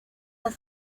las